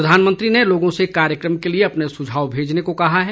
प्रधानमंत्री ने लोगों से कार्यक्रम के लिए अपने सुझाव भेजने को कहा है